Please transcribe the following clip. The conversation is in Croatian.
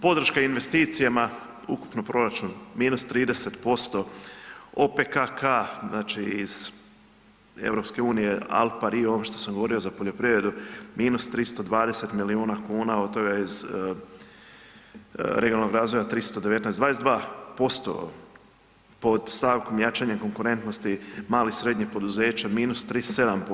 Podrška investicijama, ukupno proračun -30%, OPKK, znači iz EU al pari ovo što sam govorio za poljoprivredu, -320 milijuna kuna, od toga iz regionalnog razvoja 319. 22% pod stavkom jačanja konkurentnosti malih i srednjih poduzeća -37%